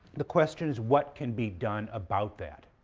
the question is, what can be done about that?